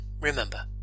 remember